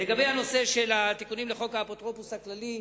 לגבי הנושא של תיקונים לחוק האפוטרופוס הכללי,